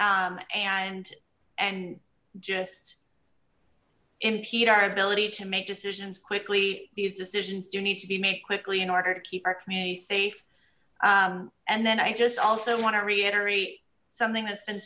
short and and just impede our ability to make decisions quickly these decisions do need to be made quickly in order to keep our community safe and then i just also want to reiterate something that's been